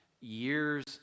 Years